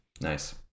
nice